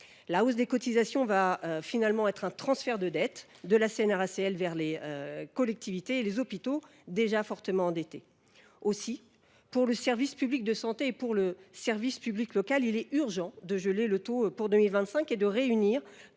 La hausse des cotisations va finalement aboutir à un transfert de dette de la CNRACL vers les collectivités et les hôpitaux, déjà fortement endettés. Aussi, pour le service public de santé et pour le service public local, il est urgent de geler le taux pour 2025 et de réunir